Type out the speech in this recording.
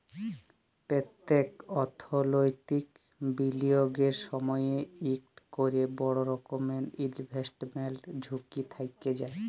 প্যত্তেক অথ্থলৈতিক বিলিয়গের সময়ই ইকট ক্যরে বড় রকমের ইলভেস্টমেল্ট ঝুঁকি থ্যাইকে যায়